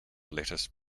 lettuce